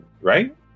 right